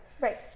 Right